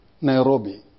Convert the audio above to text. Nairobi